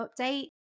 update